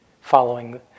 following